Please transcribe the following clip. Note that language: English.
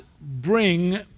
bring